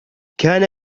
كان